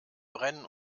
brennen